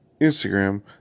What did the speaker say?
Instagram